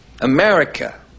America